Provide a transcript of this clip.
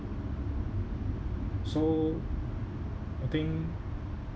so I think